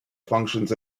functions